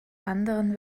anderen